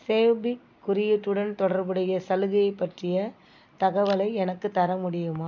save big குறியீட்டுடன் தொடர்புடைய சலுகையைப் பற்றிய தகவலை எனக்குத் தர முடியுமா